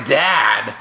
dad